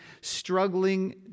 struggling